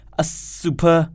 a-super